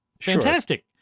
fantastic